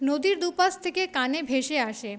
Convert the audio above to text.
নদীর দু পাশ থেকে কানে ভেসে আসে